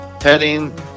heading